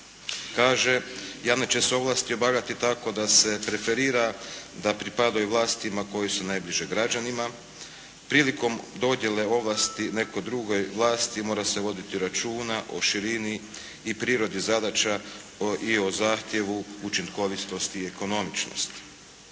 Kaže javne će se ovlasti obavljati tako da se preferira da pripadaju vlastima koje su najbliže građanima. Prilikom dodjele ovlasti neke druge vlasti mora se voditi računa o širini i prirodi zadaća i o zahtjevu učinkovitosti i ekonomičnosti.